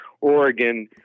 Oregon